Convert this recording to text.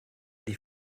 die